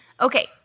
Okay